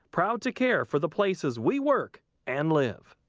proud to care for the places we work and live.